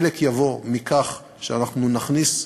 חלק יבוא מכך שאנחנו נכניס,